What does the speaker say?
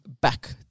back